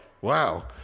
wow